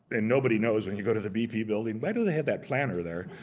and nobody knows when you go to the bp building, why do they have that planter there?